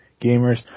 gamers